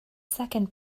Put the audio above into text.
second